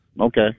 Okay